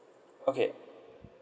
okay